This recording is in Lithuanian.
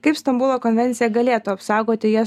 kaip stambulo konvencija galėtų apsaugoti jas